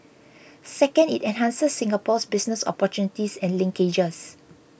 second it enhances Singapore's business opportunities and linkages